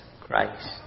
Christ